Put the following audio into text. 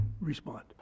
respond